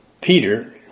Peter